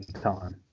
time